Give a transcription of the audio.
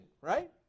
right